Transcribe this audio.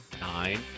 Nine